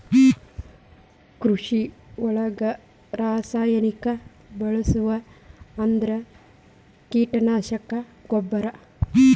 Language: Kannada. ಕೃಷಿ ಒಳಗ ರಾಸಾಯನಿಕಾ ಬಳಸುದ ಅಂದ್ರ ಕೇಟನಾಶಕಾ, ಗೊಬ್ಬರಾ